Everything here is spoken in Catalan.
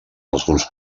alguns